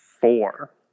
Four